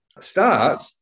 Start